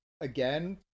again